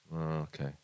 Okay